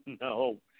No